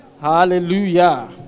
hallelujah